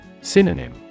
Synonym